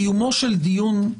קיומו של דיון,